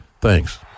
thanks